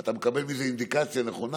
אתה מקבל אינדיקציה נכונה,